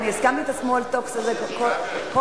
ואני הסכמתי ל-small talk הזה כל עוד